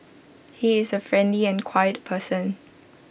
he is A friendly and quiet person